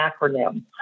acronym